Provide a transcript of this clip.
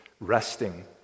resting